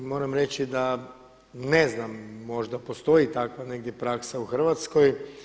I moram reći da ne znam možda postoji takva negdje praksa u Hrvatskoj.